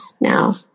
now